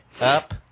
up